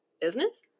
business